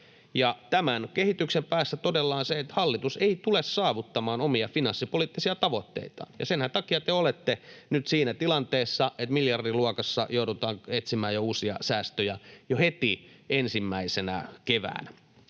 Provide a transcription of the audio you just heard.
tämän kehityksen päässä todella on se, että hallitus ei tule saavuttamaan omia finanssipoliittisia tavoitteitaan, ja senhän takia te olette nyt siinä tilanteessa, että miljardiluokassa joudutaan etsimään uusia säästöjä jo heti ensimmäisenä keväänä.